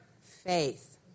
faith